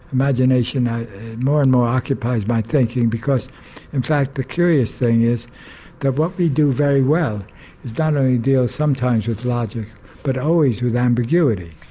imagination more and more occupies my thinking because in fact the curious thing is that what we do very well is not only deal sometimes with logic but always with ambiguity.